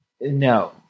No